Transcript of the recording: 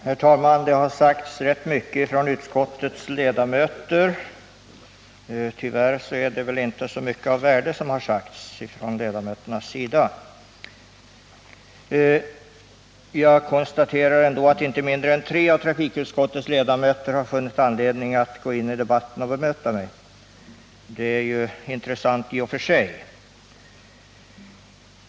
Herr talman! Det har sagts rätt mycket av utskottets ledamöter. Tyvärr är det väl inte så mycket av värde som har sagts. Jag konstaterar att inte mindre än tre av trafikutskottets ledamöter har funnit anledning att gå in i debatten och bemöta mig, och det är ju intressant i och för sig.